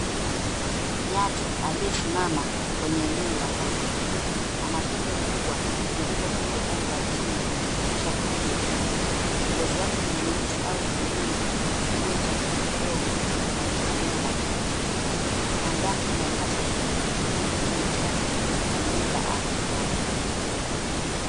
Nyati aliyesimama kwenye eneo la porini. Ana pembe kubwa zilizopinda upande wa chini kisha kurudi juu. Ngozi yake ni nyeusi au hudhurungi, iliyochafuka kidogo, na yenye manyoya machache. Mandhari ni ya nyasi fupi, miti michache, na eneo la ardhi kavu.